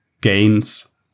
gains